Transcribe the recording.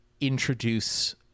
introduce